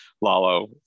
Lalo